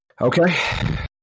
Okay